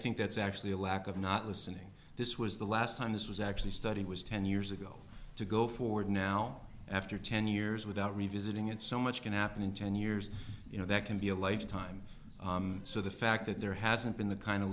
think that's actually a lack of not listening this was the last time this was actually study was ten years ago to go forward now after ten years without revisiting it so much can happen in ten years you know that can be a lifetime so the fact that there hasn't been the kind of